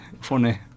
Funny